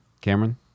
cameron